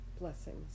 Blessings